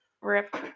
Rip